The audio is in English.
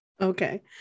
okay